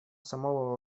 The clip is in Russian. самого